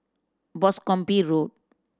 Boscombe Road